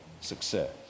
success